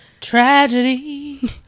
Tragedy